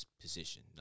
position